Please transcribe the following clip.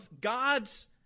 God's